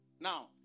Now